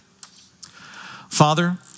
Father